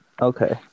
Okay